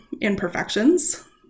imperfections